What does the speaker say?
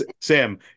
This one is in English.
Sam